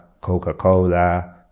Coca-Cola